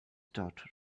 daughter